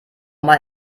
mal